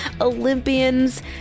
Olympians